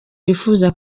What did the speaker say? bifuza